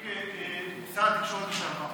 כנציג שר התקשורת לשעבר.